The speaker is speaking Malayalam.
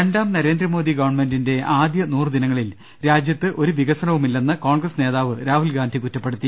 രണ്ടാം നരേന്ദ്രമോദി ഗവൺമെന്റിന്റെ ആദ്യ നൂറുദിനങ്ങളിൽ രാജ്യത്ത് ഒരു വികസനവുമില്ലെന്ന് കോൺഗ്രസ് നേതാവ് രാഹുൽഗാന്ധി കുറ്റപ്പെടുത്തി